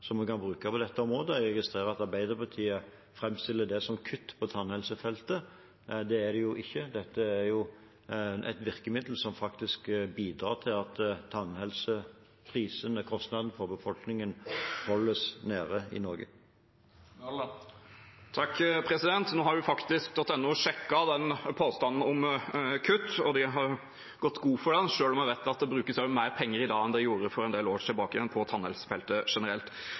som vi kan bruke på dette området. Jeg registrerer at Arbeiderpartiet fremstiller det som kutt på tannhelse, men det er det jo ikke, dette er et virkemiddel som faktisk bidrar til at tannhelsekostnadene for befolkningen holdes nede i Norge. Nå har jo Faktisk.no sjekket den påstanden om kutt, og de har gått god for den, selv om jeg vet at det brukes mer penger i dag enn man gjorde for en del år tilbake på tannhelsefeltet generelt.